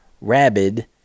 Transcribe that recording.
rabid